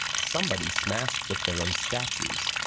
somebody smashed the pharaoh's statues,